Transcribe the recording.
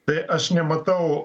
tai aš nematau